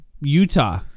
Utah